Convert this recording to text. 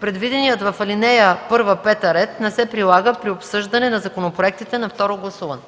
Предвиденият в ал. 1-5 ред не се прилага при обсъждане на законопроектите на второ гласуване.”